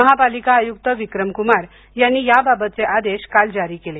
महापालिका आयुक्त विक्रम कुमार यांनी याबाबतचे आदेश काल जारी केले